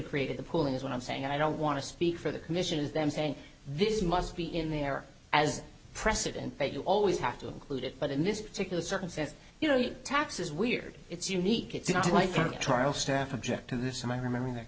created the pool is what i'm saying and i don't want to speak for the commission is them saying this must be in there as precedent that you always have to include it but in this particular circumstance you know tax is weird it's unique it's not like a trial staff object to this and i remember